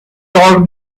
told